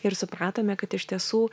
ir supratome kad iš tiesų